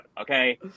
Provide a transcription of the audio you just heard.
okay